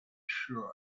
should